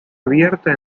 abierta